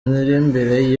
miririmbire